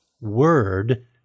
word